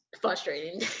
frustrating